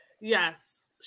Yes